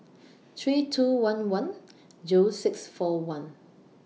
three two one one Zero six four one